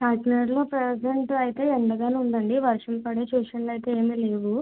కాకినాడలో ప్రెజంట్ అయితే ఎండగానే ఉందండి వర్షం పడే సూచనలు అయితే ఏమీ లేవు